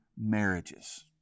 marriages